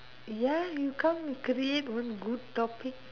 ya you come and create one good topic